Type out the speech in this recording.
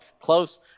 close